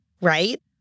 right